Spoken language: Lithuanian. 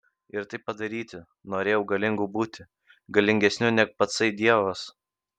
ir tai padaryti norėjau galingu būti galingesniu neg patsai dievas